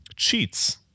Cheats